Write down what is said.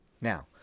Now